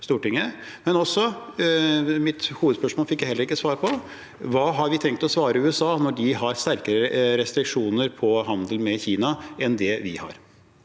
Stortinget. Mitt hovedspørsmål fikk jeg heller ikke svar på: Hva har vi tenkt å svare USA når de har strengere restriksjoner på handel med Kina enn det vi har?